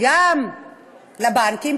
גם לבנקים.